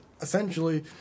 essentially